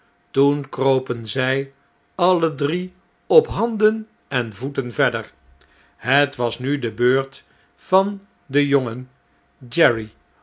toen kropen zij alle drie op handen en voeten verder het was nu de beurt van den jongen